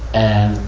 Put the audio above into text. and,